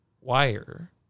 wire